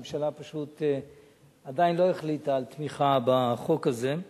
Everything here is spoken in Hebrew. הממשלה פשוט עדיין לא החליטה על תמיכה בחוק הזה,